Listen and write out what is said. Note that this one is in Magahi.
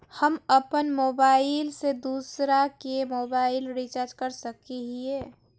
हम अपन मोबाईल से दूसरा के मोबाईल रिचार्ज कर सके हिये?